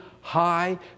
high